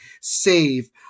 save